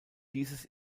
dieses